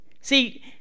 see